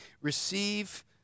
receive